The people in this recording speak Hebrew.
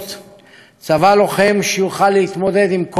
צבא לוחם, שיוכל להתמודד עם כל האתגרים,